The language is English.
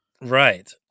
right